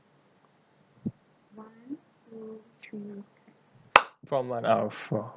prompt one out of four